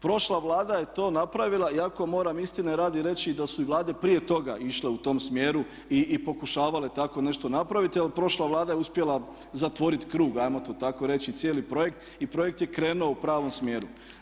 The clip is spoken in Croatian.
Prošla Vlada je to napravila iako moram istine radi reći da su i vlade prije toga išle u tom smjeru i pokušavale tako nešto napraviti ali prošla Vlada je uspjela zatvoriti krug ajmo to tako reći cijelog projekta i projekt je krenuo u pravom smjeru.